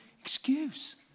excuse